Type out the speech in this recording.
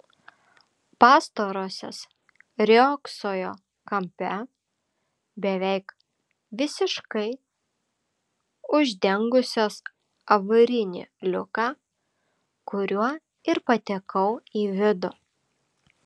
pastarosios riogsojo kampe beveik visiškai uždengusios avarinį liuką kuriuo ir patekau į vidų